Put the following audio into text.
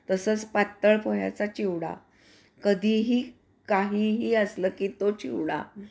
तसंच पातळ पोह्याचा चिवडा कधीही काहीही असलं की तो चिवडा